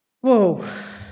whoa